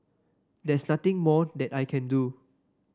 there's nothing more that I can do